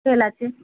तेलाचे